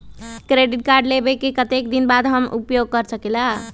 Credit card लेबे के कतेक दिन बाद हम उपयोग कर सकेला?